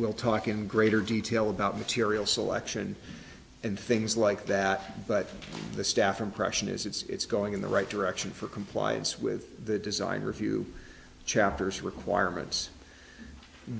we'll talk in greater detail about material selection and things like that but the staff impression is it's going in the right direction for compliance with the design for a few chapters requirements